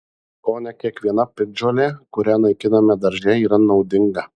kone kiekviena piktžolė kurią naikiname darže yra naudinga